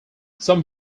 some